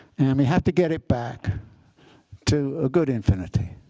and we have to get it back to a good infinity.